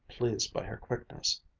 pleased by her quickness.